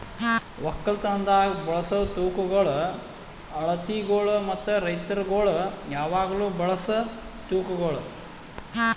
ಒಕ್ಕಲತನದಾಗ್ ಬಳಸ ತೂಕಗೊಳ್, ಅಳತಿಗೊಳ್ ಮತ್ತ ರೈತುರಗೊಳ್ ಯಾವಾಗ್ಲೂ ಬಳಸ ತೂಕಗೊಳ್